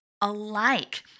alike